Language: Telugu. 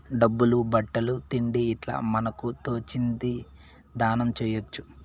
డబ్బులు బట్టలు తిండి ఇట్లా మనకు తోచింది దానం చేయొచ్చు